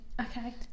okay